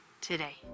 today